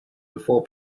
before